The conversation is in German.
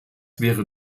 wäre